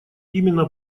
именно